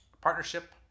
partnership